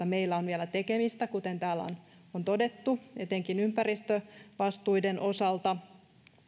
meillä on vielä tekemistä kuten täällä on on todettu etenkin ympäristövastuiden osalta